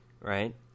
right